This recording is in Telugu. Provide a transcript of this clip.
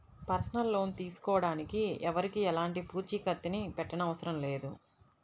పర్సనల్ లోన్ తీసుకోడానికి ఎవరికీ ఎలాంటి పూచీకత్తుని పెట్టనవసరం లేదు